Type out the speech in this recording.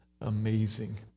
Amazing